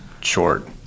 short